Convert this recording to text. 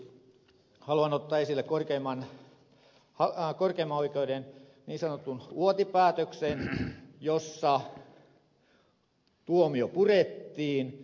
ihan lopuksi haluan ottaa esille korkeimman oikeuden niin sanotun uoti päätöksen jossa tuomio purettiin